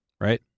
right